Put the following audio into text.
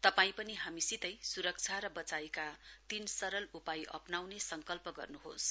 तपाई पनि हामीसितै सुरक्षा र वचाइका तीन सरल उपाय अप्नाउने संकल्प गर्नुहोस